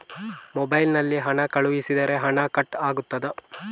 Mobile ನಲ್ಲಿ ಹಣ ಕಳುಹಿಸಿದರೆ ಹಣ ಕಟ್ ಆಗುತ್ತದಾ?